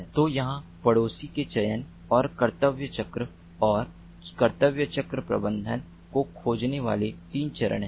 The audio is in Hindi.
तो यहाँ पड़ोसी के चयन और कर्तव्य चक्र और कर्तव्य चक्र प्रबंधन को खोजने वाले 3 चरण हैं